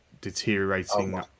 deteriorating